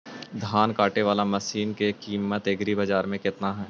धान काटे बाला मशिन के किमत एग्रीबाजार मे कितना है?